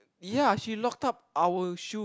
ya she locked up our shoe